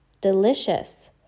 Delicious